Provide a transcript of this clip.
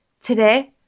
today